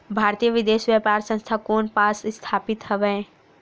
भारतीय विदेश व्यापार संस्था कोन पास स्थापित हवएं?